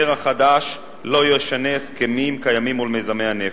החדש לא ישנה הסכמים קיימים מול מיזמי הנפט.